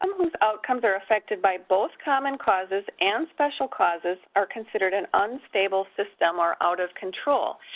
um whose outcomes are affected by both common causes and special causes are considered an unstable system or out of control.